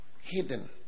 Hidden